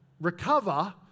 recover